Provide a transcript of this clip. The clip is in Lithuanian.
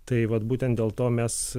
tai vat būtent dėl to mes